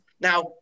now